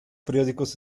periódicos